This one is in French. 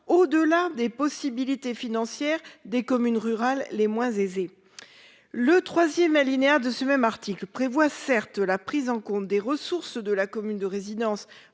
au delà des possibilités financières des communes rurales les moins aisés. Le 3ème alinéa de ce même article prévoit certes la prise en compte des ressources de la commune de résidence